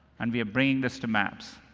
and we are bringing this to maps.